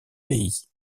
pays